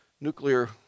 nuclear